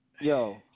Yo